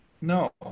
No